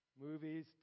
movies